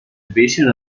division